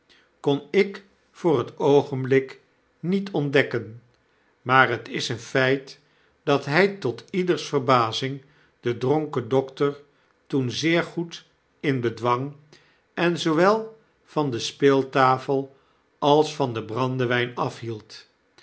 kon ik voor het oogenblik niet ontdekken maar het is een feit dat hy tot ieders verbazing den dronken dokter toen zeer goed in bedwang en zoowel van de speeltafel als van den brandewijn